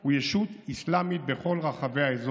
הוא ישות אסלאמית בכל רחבי האזור.